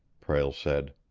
prale said.